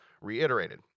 reiterated